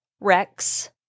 Rex